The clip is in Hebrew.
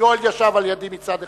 יואל ישב לידי מצד אחד,